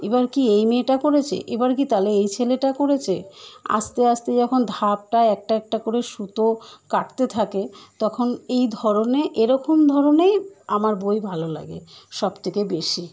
এবার কি এই মেয়েটা করেছে এবার কি তাহলে এই ছেলেটা করেছে আস্তে আস্তে যখন ধাপটায় একটা একটা করে সুতো কাটতে থাকে তখন এই ধরনের এরকম ধরনেরই আমার বই ভালো লাগে সব থেকে বেশি